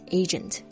agent